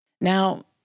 Now